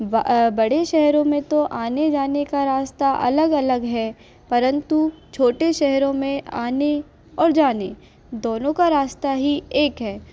बा बड़े शहरों में तो आने जाने का रास्ता अलग अलग है परंतु छोटे शहरों में आने और जाने दोनों का रास्ता ही एक है